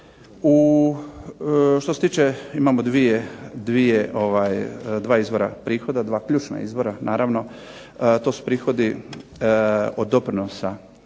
Što se tiče, imamo dvije, dva izvora prihoda, dva ključna izvora. Naravno to su prihodi od doprinosa